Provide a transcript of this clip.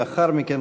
לאחר מכן,